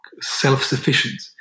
self-sufficient